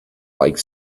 like